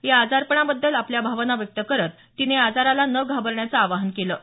या आजारपणाबद्दल आपल्या भावना व्यक्त करत तिने या आजाराला न घाबरण्याचं आवाहन केलं आहे